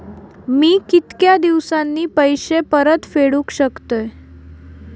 मी कीतक्या दिवसांनी पैसे परत फेडुक शकतय?